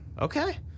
Okay